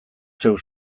zeuk